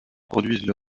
produisent